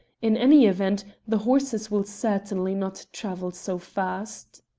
in any event, the horses will certainly not travel so fast.